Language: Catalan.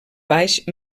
baix